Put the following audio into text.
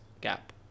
gap